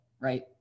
right